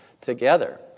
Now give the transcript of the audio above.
together